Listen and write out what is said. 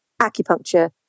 acupuncture